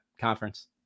conference